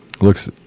looks